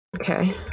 Okay